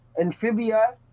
Amphibia